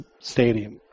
stadium